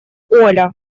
оля